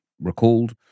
recalled